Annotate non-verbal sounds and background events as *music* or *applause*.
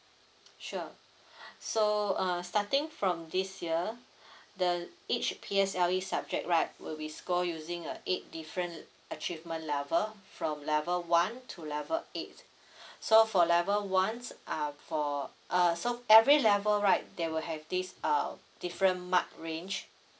sure *breath* so uh starting from this year the each P_S_L_E subject right will be score using a eight different uh achievement level from level one to level eight so for level one uh for uh so every level right there will have this uh different mark range